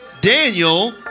Daniel